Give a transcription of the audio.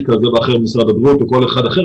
כזה או אחר במשרד הבריאות או לכל אחד אחר.